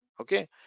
okay